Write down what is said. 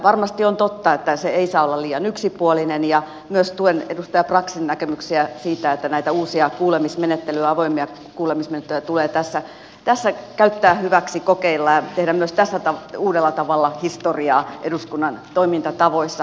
varmasti on totta että se ei saa olla liian yksipuolinen ja myös tuen edustaja braxin näkemyksiä siitä että näitä uusia kuulemismenettelyjä avoimia kuulemismenettelyjä tulee tässä käyttää hyväksi kokeilla ja tehdä myös tässä uudella tavalla historiaa eduskunnan toimintatavoissa